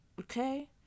okay